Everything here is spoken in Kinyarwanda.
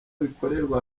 bikorerwa